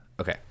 Okay